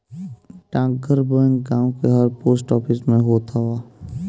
डाकघर बैंक गांव के हर पोस्ट ऑफिस में होत हअ